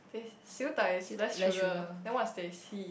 teh Siew-Dai is less sugar then what is teh C